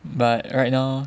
but right now